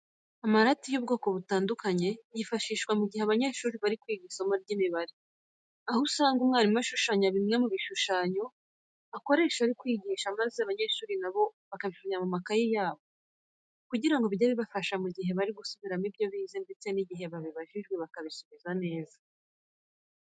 Amarati y'ubwoko butandukanye yifashishwa mu gihe abanyeshuri bari kwiga isomo ry'imibare, aho usanga umwarimu ashushanya bimwe mu bishushanyo akoresha ari kwigisha maze abanyeshuri na bo bakabishushanya mu makayi yabo kugira ngo bijye bibafasha mu gihe bari gusubiramo ibyo bize ndetse n'igihe babibajijwe bakabisubiza neza .